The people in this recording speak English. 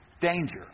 danger